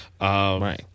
Right